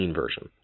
version